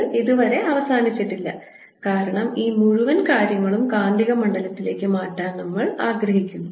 ഇത് ഇതുവരെ അവസാനിച്ചിട്ടില്ല കാരണം ഈ മുഴുവൻ കാര്യങ്ങളും കാന്തിക മണ്ഡലത്തിലേക്ക് മാറ്റാൻ നമ്മൾ ആഗ്രഹിക്കുന്നു